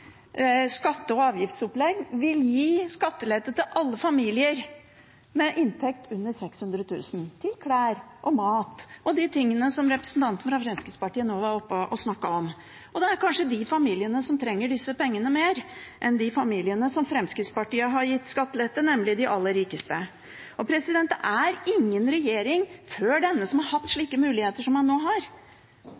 skatte- og avgiftsopplegg, som er beregnet av finansministeren – som sitter i salen – vil gi skattelette til alle familier med inntekt under 600 000 kr – til klær og mat og de tingene som representanten fra Fremskrittspartiet nå var oppe og snakket om. De familiene trenger kanskje disse pengene mer enn de familiene som Fremskrittspartiet har gitt skattelette, nemlig de aller rikeste. Det er ingen regjering før denne som har hatt